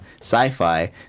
sci-fi